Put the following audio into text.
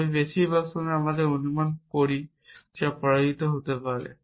তবে বেশিরভাগ সময় আমরা অনুমান করি যা পরাজিত হতে পারে